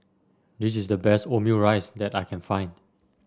this is the best Omurice that I can find